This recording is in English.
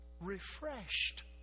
refreshed